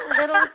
little